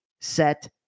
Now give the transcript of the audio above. set